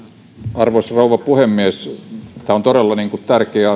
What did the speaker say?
arvoisa rouva puhemies tämä hiilelle globaali hinta on todella tärkeä